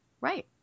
right